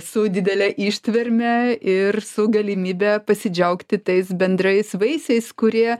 su didele ištverme ir su galimybe pasidžiaugti tais bendrais vaisiais kurie